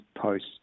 post